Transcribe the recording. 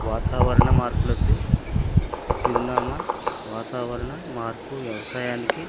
వాతావరణ మార్పులకు చిరునామా వాతావరణ మార్పు వ్యవసాయానికి